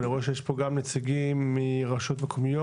אני רואה שיש פה גם נציגים מרשויות מקומיות,